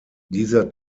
dieser